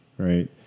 Right